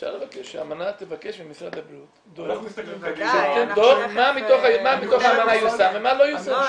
--- אפשר לבקש ממשרד הבריאות דו"ח מה מתוך האמנה יושם ומה לא יושם.